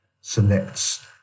selects